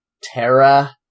Terra